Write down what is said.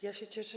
Ja się cieszę.